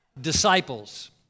disciples